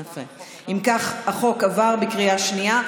אם כך, החוק עבר בקריאה שנייה.